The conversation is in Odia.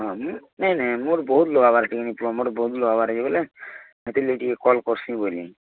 ହଁ ମୁଁ ନାଇଁ ନାଇଁ ମୋର ବହୁତ ଲଗାଇବାର ଟିକେ ମୋର ବହୁତ ଲଗାଇବାର ବୋଲି ବୋଲିି